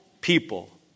people